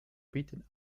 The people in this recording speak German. bitten